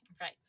Right